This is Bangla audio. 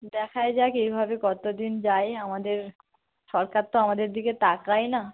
দেখাই যাক এইভাবে কতো দিন যায় আমাদের সরকার তো আমাদের দিকে তাকায় না